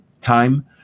time